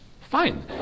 Fine